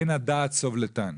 אין הדעת סובלתן.